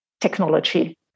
technology